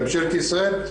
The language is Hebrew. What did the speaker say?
לממשלת ישראל,